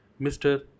Mr